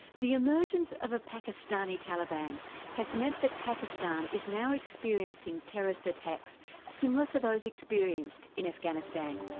the emergence of a pakistani taliban has meant that pakistan is now experiencing terrorist attacks similar to those experienced in afghanistan.